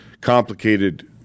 complicated